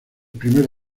primer